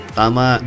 tama